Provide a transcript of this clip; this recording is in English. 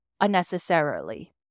unnecessarily